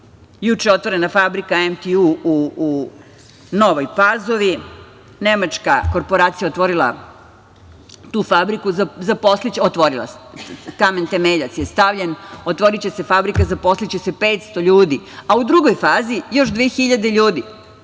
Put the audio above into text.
Juče je otvorena fabrika „MTU“ u Novoj Pazovi, nemačka korporacija otvorila tu fabriku, kamen temeljac je stavljen. Otvoriće se fabrika, zaposliće se 500 ljudi, a u drugoj fazi još 2.000 ljudi,